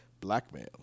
Blackmail